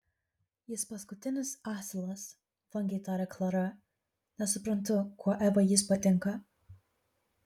jis paskutinis asilas vangiai taria klara nesuprantu kuo evai jis patinka